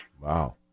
Wow